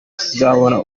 sinabona